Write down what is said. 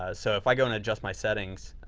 ah so, if i go and adjust my settings,